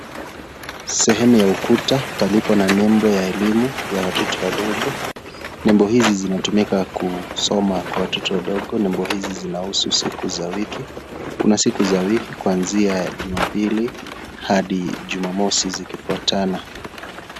Sehemu ya ukuta palipo na nembo ya elimu ya watoto wadogo, nembo hizi zinatumika kusoma kwa watoto wadogo, nembo hizi zinahusu siku za wiki. Kuna siku za wiki kuanzia jumapili hadi jumamosi zikifuatana.